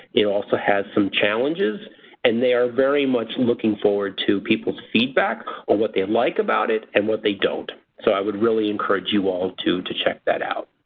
it also has some challenges and they are very much looking forward to people's feedback on what they like about it and what they don't. so i would really and urge you all to to check that out.